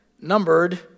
numbered